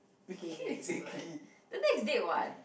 date [what] the next date [what]